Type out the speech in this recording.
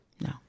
No